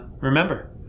remember